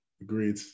Agreed